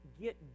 get